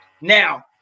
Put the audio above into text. Now